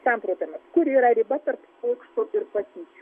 samprotavimas kur yra riba tarp mokslo ir patyčių